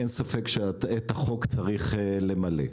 אין ספק שאת החוק צריך למלא.